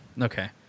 Okay